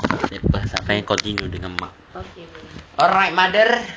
kena pasang dengan mak alright mother